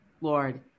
Lord